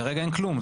כרגע אין כלום.